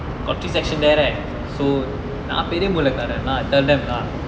got three section there right so நா பெரிய மூல காரென்லா:naa periya moola kaarenla tell them lah